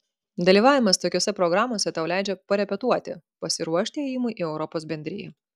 dalyvavimas tokiose programose tau leidžia parepetuoti pasiruošti ėjimui į europos bendriją